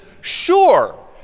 sure